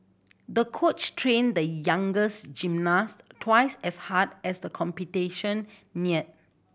the coach trained the younger gymnast twice as hard as the competition neared